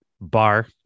Bar